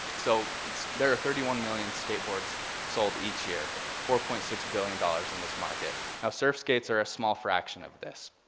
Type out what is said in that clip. so there are thirty one million skateboards sold each year four point six billion dollars in this market, now surf skates or a small fraction of this.